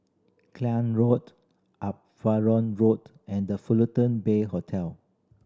Klang Road Uparon Road and The Fullerton Bay Hotel